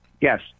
Yes